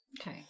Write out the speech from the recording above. Okay